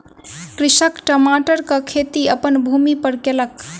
कृषक टमाटरक खेती अपन भूमि पर कयलक